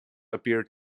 appear